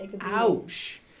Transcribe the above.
Ouch